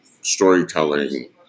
storytelling